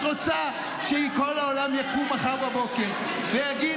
את רוצה שכל העולם יקום מחר בבוקר ויגיד: